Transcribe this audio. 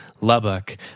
Lubbock